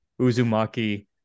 Uzumaki